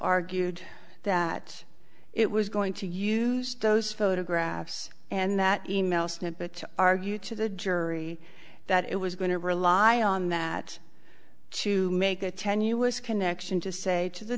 argued that it was going to use those photographs and that e mail snippet to argue to the jury that it was going to rely on that to make a tenuous connection to say to the